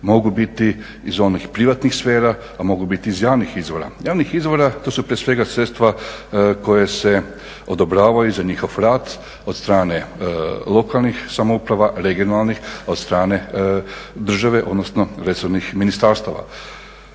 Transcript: mogu biti iz onih privatnih sfera, a mogu biti i iz javnih izvora. Javni izvori, to su prije svega sredstva koja se odobravaju za njihov rad od strane lokalnih samouprava, regionalnih, od strane države odnosno resornih ministarstava.